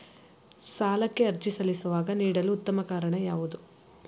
ಸಾಲಕ್ಕೆ ಅರ್ಜಿ ಸಲ್ಲಿಸುವಾಗ ನೀಡಲು ಉತ್ತಮ ಕಾರಣ ಯಾವುದು?